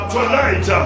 Tonight